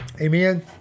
Amen